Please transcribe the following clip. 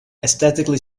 aesthetically